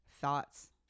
thoughts